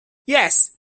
yes